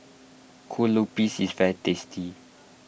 Kue Lupis is very tasty